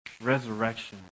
resurrection